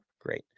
great